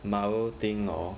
Marvel thing or